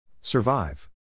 Survive